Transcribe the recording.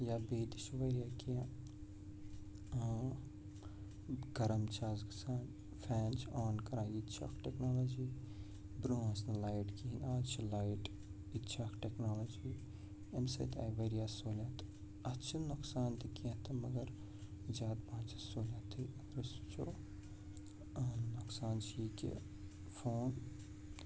یا بیٚیہِ تہِ چھِ واریاہ کیٚنٛہہ گرم چھِ اَز گژھان فٮ۪ن چھِ آن کَران یہِ تہِ چھِ اَکھ ٹٮ۪کنالجی برٛونٛہہ ٲس نہٕ لایِٹ کِہیٖنٛۍ اَز چھِ لایِٹ یہِ تہِ چھِ اَکھ ٹٮ۪کنالجی اَمہِ سۭتۍ آیہِ واریاہ سہوٗلیت اَتھ چھِ نۄقصان تہِ کیٚنٛہہ تہٕ مگر زیادٕ پَہَن چھِ سہوٗلیتٕے اگر أسۍ وُچھو نۄقصان چھِ یہِ کہِ فون